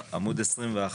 עמוד 22,